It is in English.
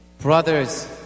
Brothers